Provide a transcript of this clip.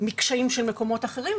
מקשיים של מקומות אחרים,